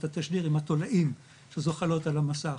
את התשדיר עם התולעים שזוחלות על המסך,